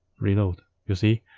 reload. you see,